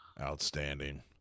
Outstanding